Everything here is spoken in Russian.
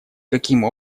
каким